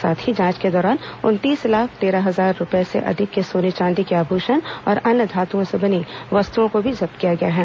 साथ ही जांच के दौरान उनतीस लाख तेरह हजार रूपए से अधिक के सोने चांदी के आभूषण और अन्य धातुओं से बनी वस्तुओं को भी जब्त किया गया है